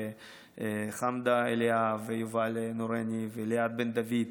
וחמדה אליאב ויובל נורני וליאת בן דוד,